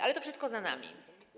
Ale to wszystko za nami.